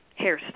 hairstyle